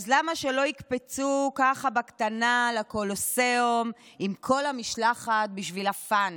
אז למה שלא יקפצו ככה בקטנה לקולוסיאום עם כל המשלחת בשביל ה-fun?